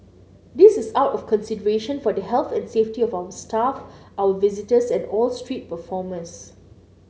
this is out of consideration for the health and safety of our staff our visitors and all street performers